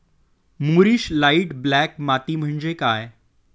मूरिश light black माती म्हणजे काय?